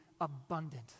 abundant